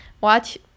watch